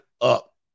up